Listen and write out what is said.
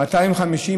250,